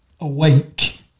awake